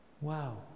Wow